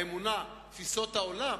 האמונה ותפיסות העולם